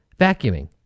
Vacuuming